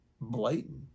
blatant